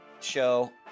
show